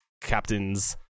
captains